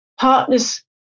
partners